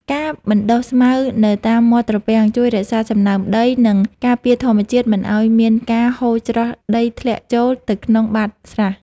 ការបណ្តុះស្មៅនៅតាមមាត់ត្រពាំងជួយរក្សាសំណើមដី និងការពារធម្មជាតិមិនឱ្យមានការហូរច្រោះដីធ្លាក់ចូលទៅក្នុងបាតស្រះ។